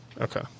Okay